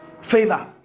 favor